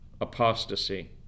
apostasy